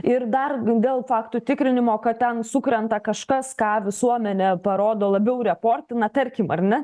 ir dar dėl faktų tikrinimo kad ten sukrenta kažkas ką visuomenė parodo labiau reportina tarkim ar ne